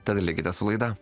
tad likite su laida